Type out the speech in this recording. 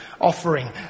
offering